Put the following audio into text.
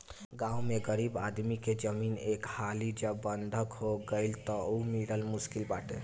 गांव में गरीब आदमी के जमीन एक हाली जब बंधक हो गईल तअ उ मिलल मुश्किल बाटे